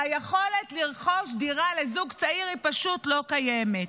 והיכולת לרכוש דירה לזוג צעיר פשוט לא קיימת.